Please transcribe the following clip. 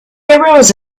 arose